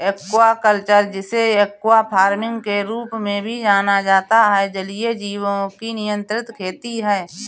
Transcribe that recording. aquaculture, जिसे aqua farming के रूप में भी जाना जाता है, जलीय जीवों की नियंत्रित खेती है